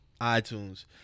iTunes